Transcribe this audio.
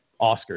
oscars